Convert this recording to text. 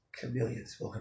Chameleons